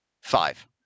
five